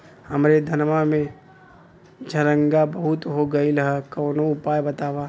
हमरे धनवा में झंरगा बहुत हो गईलह कवनो उपाय बतावा?